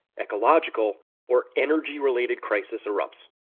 ecological or energy related crisis erupts.